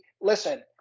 listen